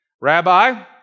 Rabbi